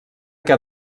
que